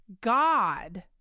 God